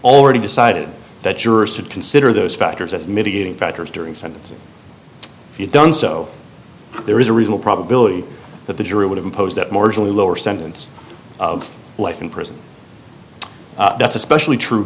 already decided that jurors should consider those factors as mitigating factors during sentencing if you don't so there is a reasonable probability that the jury would impose that marginally lower sentence of life in prison that's especially true